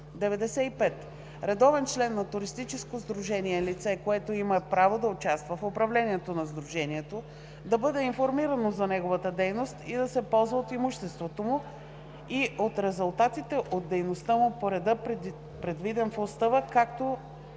95. „Редовен член на туристическо сдружение“ е лице, което има право да участва в управлението на сдружението, да бъде информирано за неговата дейност и да се ползва от имуществото му и от резултатите от дейността му по реда, предвиден в устава, както